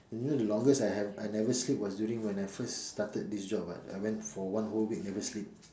the longest I have I never sleep was when I first started this job [what] I went for one whole week never sleep